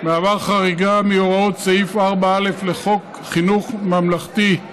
מהווה חריגה מהוראות סעיף 4(א) לחוק חינוך ממלכתי,